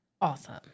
Awesome